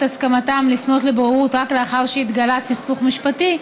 הסכמתם לפנות לבוררות רק לאחר שהתגלע סכסוך משפטי,